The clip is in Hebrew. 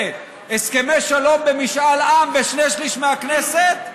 הסכמי שלום במשאל עם ושני שלישים מהכנסת,